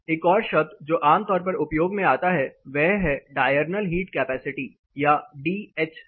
एक और शब्द जो आमतौर पर उपयोग में आता है वह है डायरनल हीट कैपेसिटी या डीएचसी